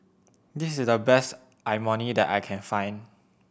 this is the best Imoni that I can find